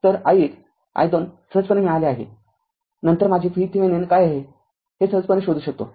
तर i१ i२ सहजपणे मिळाले आहे नंतर माझे VThevenin काय आहे हे सहजपणे शोधू शकतो